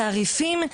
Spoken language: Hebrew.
בתעריפים,